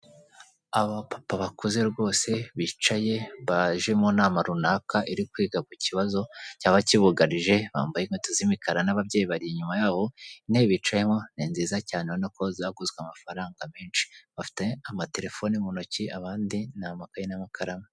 Aba papa bakuze rwose bicaye, baje mu nama runaka iri kwiga ku kibazo cyaba kibugarije, bambaye inkweto z'imikara n'ababyeyi bari inyuma yabo, intebe bicayemo ni nziza cyane urabona ko zaguzwe amafaranga menshi, bafite amatelefoni mu ntoki, abandi ni amakaye n'amakaramu.